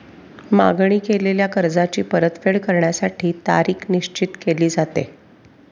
मागणी केलेल्या कर्जाची परतफेड करण्यासाठी तारीख निश्चित केली जाते